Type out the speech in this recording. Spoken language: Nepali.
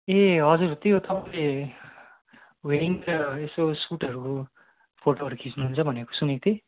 ए हजुर त्यो तपाईँले वेडिङको यसो सुटहरू फोटोहरू खिच्नुहुन्छ भनेको सुनेको थिएँ